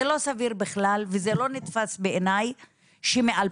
זה לא סביר בכלל וזה לא נתפס בעיניי שמ-2021,